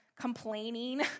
complaining